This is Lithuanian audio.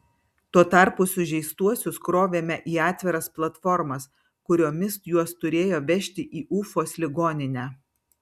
tuo tarpu sužeistuosius krovėme į atviras platformas kuriomis juos turėjo vežti į ufos ligoninę